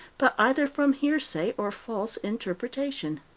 but either from hearsay or false interpretation.